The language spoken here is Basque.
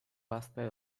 gazte